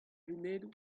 lunedoù